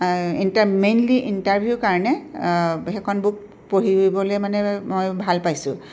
ইণ্টা mainly ইণ্টাৰভিউৰ কাৰণে সেইখন বুক পঢ়িবলৈ মানে মই ভাল পাইছোঁ